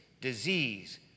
disease